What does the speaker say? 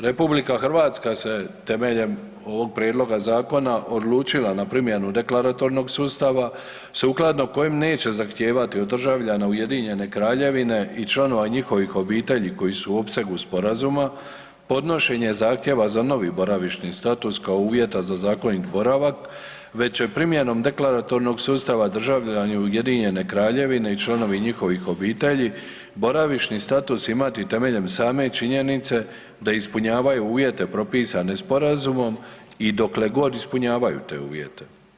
RH se temeljem ovog prijedloga zakona odlučila na primjenu deklaratornog sustava sukladno kojem neće zahtijevati od državljana Ujedinjene Kraljevine i članova njihovih obitelji koji su u opsegu sporazuma, podnošenje zahtjeva za novi boravišni status kao uvjeta za zakonit boravak, već će primjenom deklaratornog sustava državljani Ujedinjene Kraljevine i članovi njihovih obitelji boravišni status imati temeljem same činjenice da ispunjavaju uvjete propisane sporazumom i dokle god ispunjavaju te uvjete.